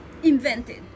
invented